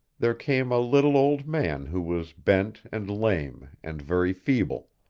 there came a little old man who was bent and lame, and very feeble.